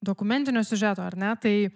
dokumentinio siužeto ar ne tai